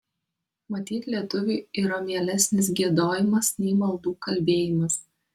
matyt lietuviui yra mielesnis giedojimas nei maldų kalbėjimas